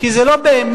כי זה לא באמת.